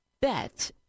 bet